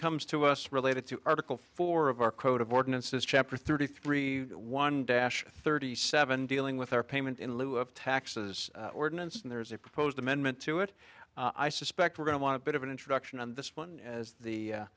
comes to us related to article four of our quote of ordinances chapter thirty three one dash thirty seven dealing with our payment in lieu of taxes ordinance and there's a proposed amendment to it i suspect we're going to want to bit of an introduction on this one as the